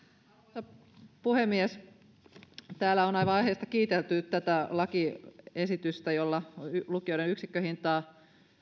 arvoisa puhemies täällä on aivan aiheesta kiitelty tätä lakiesitystä jolla lukioiden yksikköhintaa